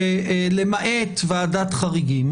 למעט ועדת חריגים